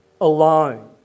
alone